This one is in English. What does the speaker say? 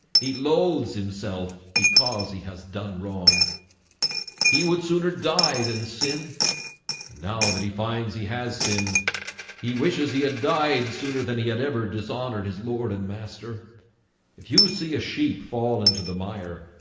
he loathes himself because he has done wrong he would sooner die than sin. and now that he finds he has sinned he wishes he had died sooner than he had ever dishonored his lord and master if you see a sheep fall into the mire,